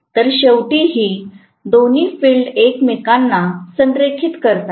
तर शेवटी ही दोन्ही फील्ड एकमेकांना संरेखित करतात